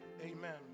Amen